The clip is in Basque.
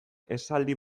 esaldi